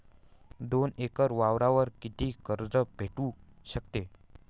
दोन एकर वावरावर कितीक कर्ज भेटू शकते?